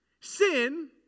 Sin